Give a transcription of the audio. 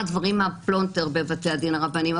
דברים מהפלונטר בבתי הדין הרבניים.